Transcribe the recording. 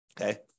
Okay